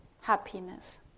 happiness